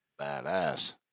badass